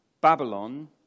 Babylon